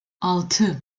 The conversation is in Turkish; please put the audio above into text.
altı